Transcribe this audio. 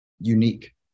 unique